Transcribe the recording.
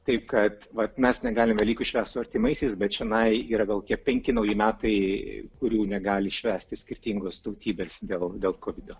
taip kad vat mes negalim velykų švęst su artimaisiais bet čionai yra gal kiek penki nauji metai kurių negali švęsti skirtingos tautybės dėl dėl kovido